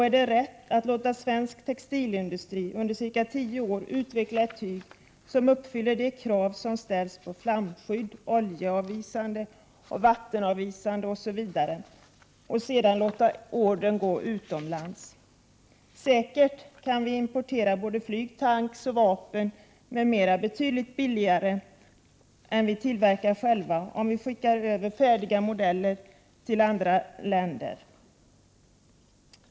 Är det rätt att låta svensk textilindustri under ca 10 år utveckla ett tyg som uppfyller de krav som ställs i vad gäller flamskydd, oljeavvisande, vattenavvisande osv. och sedan låta ordern gå utomlands? Vi kan säkert också importera flyg, tanks, vapen m.m. betydligt billigare än vad vi kan tillverka själva om vi skickar över färdiga modeller till andra länder.